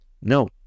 No